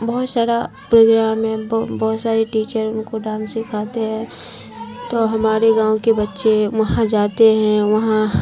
بہت سارا پروگرام ہے بہت ساری ٹیچر ان کو ڈانس سکھاتے ہیں تو ہمارے گاؤں کے بچے وہاں جاتے ہیں وہاں